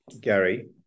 Gary